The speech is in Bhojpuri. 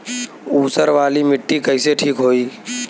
ऊसर वाली मिट्टी कईसे ठीक होई?